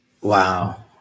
Wow